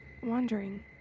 wandering